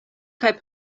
kaj